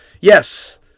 Yes